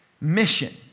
mission